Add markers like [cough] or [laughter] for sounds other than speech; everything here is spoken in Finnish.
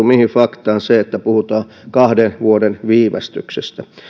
[unintelligible] mihin faktaan perustuu se että puhutaan kahden vuoden viivästyksestä